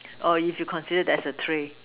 um or if you consider that as a tree